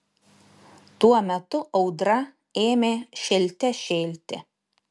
tuo metu audra ėmė šėlte šėlti